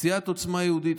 סיעת עוצמה יהודית,